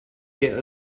eher